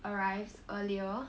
arrives earlier